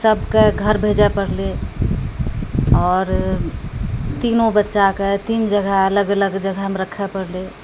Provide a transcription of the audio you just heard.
सबके घर भेजऽ पड़लै आओर तीनो बच्चाके तीन जगह अलग अलग जगहमे रखऽ पड़लै